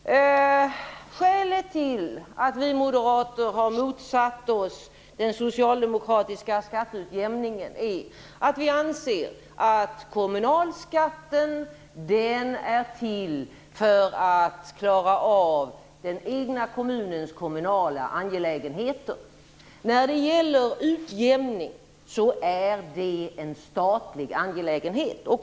Herr talman! Skälet till att vi moderater har motsatt oss den socialdemokratiska skatteutjämningen är att vi anser att kommunalskatten är till för att klara av den egna kommunens angelägenheter. Utjämning är en statlig angelägenhet.